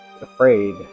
afraid